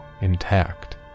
intact